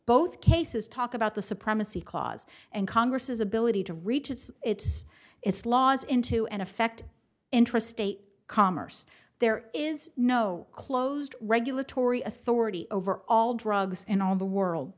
both cases talk about the supremacy clause and congress's ability to reach its its its laws into an effect intrastate commerce there is no closed regulatory authority over all drugs and all the world